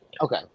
Okay